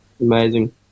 Amazing